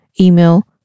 email